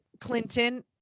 Clinton